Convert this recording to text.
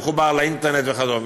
שמחובר לאינטרנט וכדומה.